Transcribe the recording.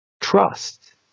trust